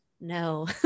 No